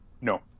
no